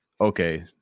okay